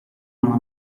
mala